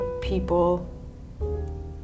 people